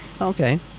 Okay